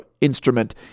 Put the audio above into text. instrument